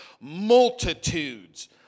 Multitudes